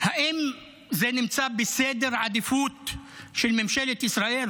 האם זה נמצא בסדר העדיפויות של ממשלת ישראל,